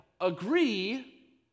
agree